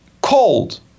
cold